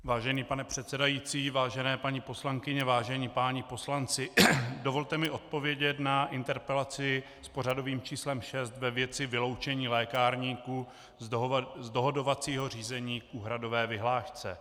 Vážený pane předsedající, vážené paní poslankyně, vážení páni poslanci, dovolte mi odpovědět na interpelaci s pořadovým číslem šest ve věci vyloučení lékárníků z dohodovacího řízení k úhradové vyhlášce.